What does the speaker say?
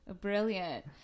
Brilliant